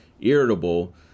irritable